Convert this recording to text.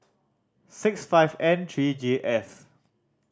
six five N three J F